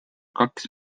kaks